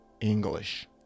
English